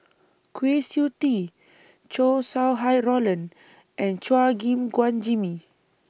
Kwa Siew Tee Chow Sau Hai Roland and Chua Gim Guan Jimmy